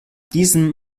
diesem